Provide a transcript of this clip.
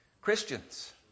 Christians